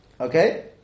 Okay